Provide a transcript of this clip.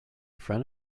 friend